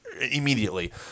immediately